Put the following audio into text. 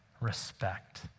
respect